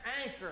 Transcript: anchor